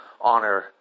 honor